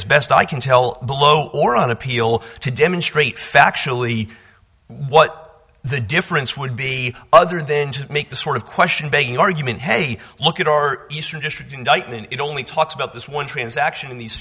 as best i can tell below or on appeal to demonstrate factually what the difference would be other than to make the sort of question begging argument hey look at our eastern district indictment it only talks about this one transaction the